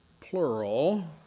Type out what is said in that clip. plural